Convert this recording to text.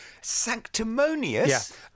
Sanctimonious